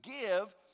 give